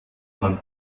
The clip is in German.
man